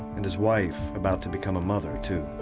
and his wife about to become a mother too.